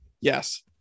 Yes